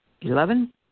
Eleven